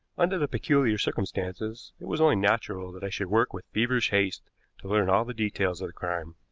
under the peculiar circumstances, it was only natural that i should work with feverish haste to learn all the details of the crime,